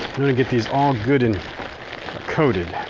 i'm going to get these all good and coated.